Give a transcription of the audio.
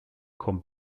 kommt